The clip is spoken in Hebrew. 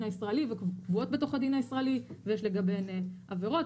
הישראלי וגם קבועות בתוך הדין הישראלי ויש לגביהן עבירות,